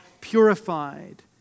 purified